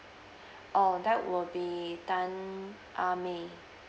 oh that will be tan ah mei